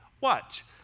Watch